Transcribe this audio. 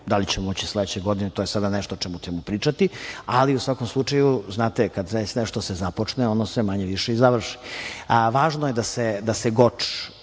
Da li ćemo moći sledeće godine, to je sada nešto o čemu ćemo pričati, ali u svakom slučaju, znate kada se već nešto započne ono se manje-više i završi. Važno je da Goč